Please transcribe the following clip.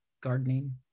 gardening